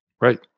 Right